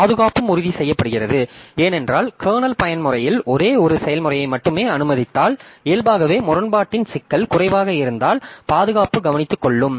பாதுகாப்பும் உறுதி செய்யப்படுகிறது ஏனென்றால் கர்னல் பயன்முறையில் ஒரே ஒரு செயல்முறையை மட்டுமே அனுமதித்தால் இயல்பாகவே முரண்பாட்டின் சிக்கல் குறைவாக இருந்தால் பாதுகாப்பு கவனித்துக்கொள்ளும்